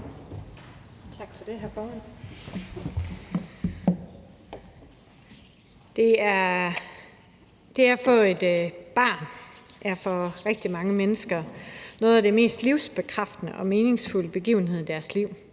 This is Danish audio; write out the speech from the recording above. Det at få et barn er for rigtig mange mennesker en af de mest livsbekræftende og meningsfulde begivenheder i deres liv.